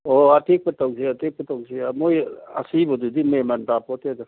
ꯑꯣ ꯑꯇꯦꯛꯄ ꯇꯧꯁꯦ ꯑꯇꯦꯛꯄ ꯇꯧꯁꯦ ꯃꯣꯏ ꯑꯁꯤꯕꯗꯨꯗꯤ ꯃꯦꯟ ꯃꯥꯟ ꯇꯥꯄꯣꯠꯇꯦꯗ